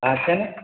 હા છે ને